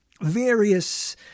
various